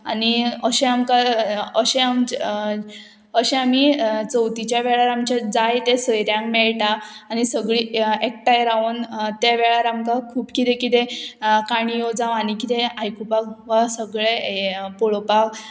आनी अशें आमकां अशें आमचे अशें आमी चवथीच्या वेळार आमचें जाय तें सयऱ्यांक मेळटा आनी सगळीं एकठांय रावन त्या वेळार आमकां खूब किदें किदें काणयो जावं आनी किदें आयकुपाक वा सगळें हें पळोवपाक